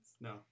No